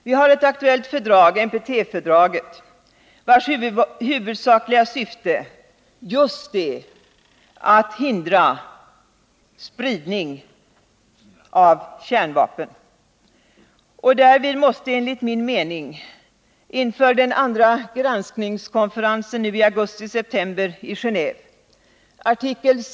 Vi har ett aktuellt fördrag, NPT-fördraget, vars huvudsakliga syfte just är att hindra spridning av kärnvapen. Därvid måste enligt min mening artikel VI sättas i förgrunden inför den andra granskningskonferensen nu i augusti-september i Genåve.